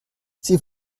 sie